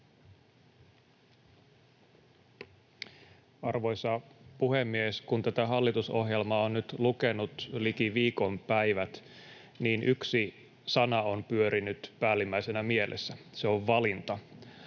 Arvoisa puhemies! Kun tätä hallitusohjelmaa on nyt lukenut liki viikon päivät, niin yksi sana on pyörinyt päällimmäisenä mielessä. Se on ”valinta”